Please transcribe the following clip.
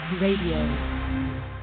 Radio